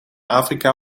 afrika